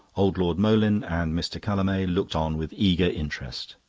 old lord moleyn and mr. callamay looked on with eager interest.